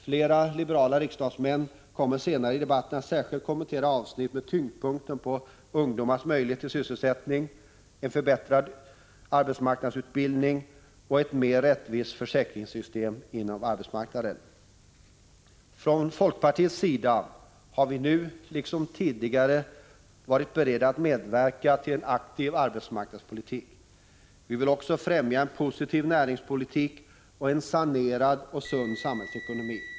Flera liberala riksdagsmän kommer senare i debatten att kommentera särskilda avsnitt med tyngdpunkt på ungdomarnas möjlighet till sysselsättning, en förbättrad arbetsmarknadsutbildning och ett mer rättvist försäkringssystem inom arbetsmarknaden. Från folkpartiets sida är vi nu liksom tidigare beredda att medverka till en aktiv arbetsmarknadspolitik. Vi vill också främja en positiv näringspolitik och en sanerad och sund samhällsekonomi.